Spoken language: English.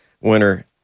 winner